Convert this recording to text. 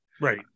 Right